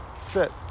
sit